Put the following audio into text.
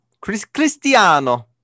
Cristiano